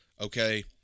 Okay